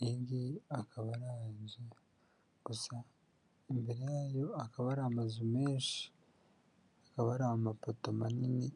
Iyi ngiyi akaba ari inzu, gusa imbere yayo hakaba hari amazu menshi, hakaba hari amapoto manini,